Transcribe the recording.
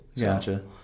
Gotcha